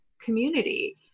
community